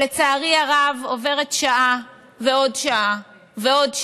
לצערי הרב, עוברת שעה ועוד שעה ועוד שעה,